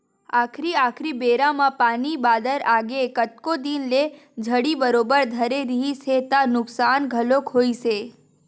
आखरी आखरी बेरा म पानी बादर आगे कतको दिन ले झड़ी बरोबर धरे रिहिस हे त नुकसान घलोक होइस हे